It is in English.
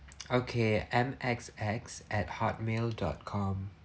okay M X X at hotmail dot com